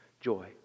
joy